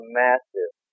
massive